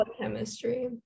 chemistry